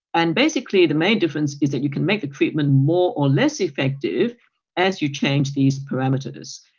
and basically the main difference is that you can make a treatment more or less effective as you change these parameters.